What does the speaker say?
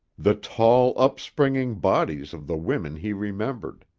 the tall, up-springing bodies of the women he remembered.